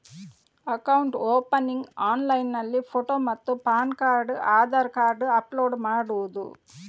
Account opening ಆನ್ಲೈನ್ನಲ್ಲಿ photo ಮತ್ತು pan card Aadhaar card upload ಮಾಡುವುದು?